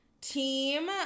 team